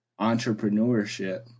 entrepreneurship